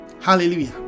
Hallelujah